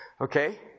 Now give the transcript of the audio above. okay